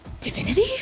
divinity